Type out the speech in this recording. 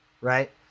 right